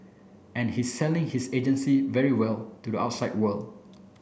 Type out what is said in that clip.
and he's selling his agency very well to the outside world